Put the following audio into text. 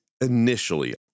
initially